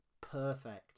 Perfect